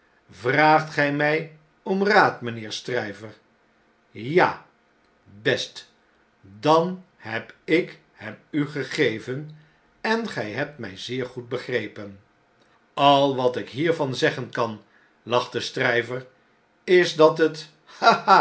vraagt gij mij om raad mynheer stryver ja b bestl dan heb ik hem u gegeven en gij hebt mij zeer goed begrepen al wat i k niervan zeggen kan lachte stryver is dat het